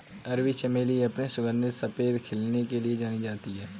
अरबी चमेली अपने सुगंधित सफेद खिलने के लिए जानी जाती है